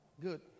good